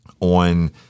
on